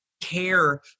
care